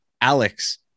Alex